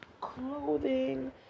clothing